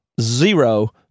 zero